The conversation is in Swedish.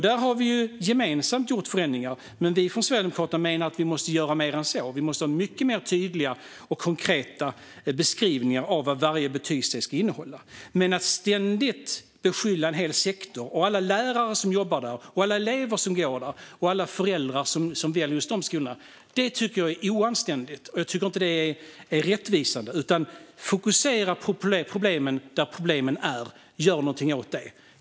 Där har vi gemensamt gjort förändringar. Vi från Sverigedemokraterna menar att vi måste göra mer än så. Vi måste göra mycket mer tydliga och konkreta beskrivningar av vad varje betygssteg ska innehålla. Men att ständigt beskylla en hel sektor, alla lärare som jobbar där, alla elever som går där, alla föräldrar som väljer just de skolorna tycker jag är oanständigt. Det är inte rättvisande. Fokusera på problemen där problemen är och gör någonting åt det!